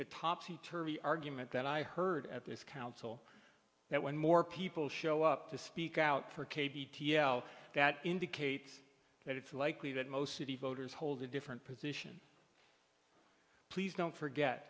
the topsy turvy argument that i heard at this council that when more people show up to speak out for k b that indicates that it's likely that most of the voters hold a different position please don't forget